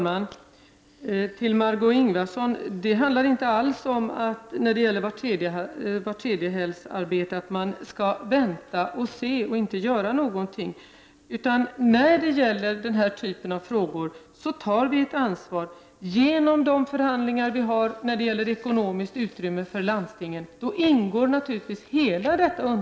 Fru talman! När det gäller arbete var tredje helg, Margö Ingvardsson, handlar det inte alls om att vänta och se och inte göra någonting, utan i den typen av frågor tar vi ett ansvar genom de förhandlingar som vi har beträffande det ekonomiska utrymmet för landstingen. Då ingår naturligtvis hela underlaget.